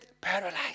paralyzed